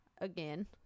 Again